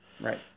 Right